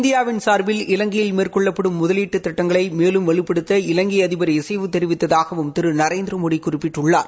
India வின் சார்பில் இலங்கையில் மேற்கொள்ளப்படும் முதலீட்டு திட்டங்களை மேலும் வலுப்படுத்த இலங்கை அதிபர் இசை தெரிவித்தாகவும் திரு நரேந்திரமோடி குறிப்பிட்டுள்ளார்